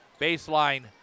baseline